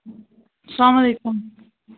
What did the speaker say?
سلام علیکُم